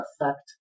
effect